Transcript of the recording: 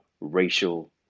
racial